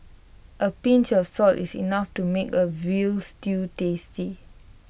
A pinch of salt is enough to make A Veal Stew tasty